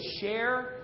share